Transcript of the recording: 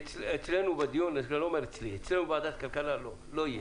אצלנו בוועדת הכלכלה זה לא יהיה.